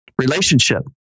Relationship